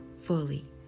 fully